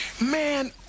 Man